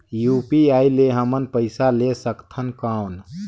UPI ले हमन पइसा ले सकथन कौन?